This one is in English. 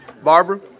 Barbara